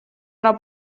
una